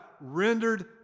rendered